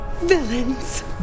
Villains